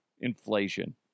inflation